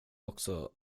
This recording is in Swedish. också